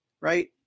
right